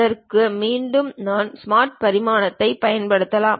அதற்கு மீண்டும் நான் ஸ்மார்ட் பரிமாணத்தைப் பயன்படுத்தலாம்